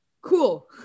Cool